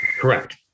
Correct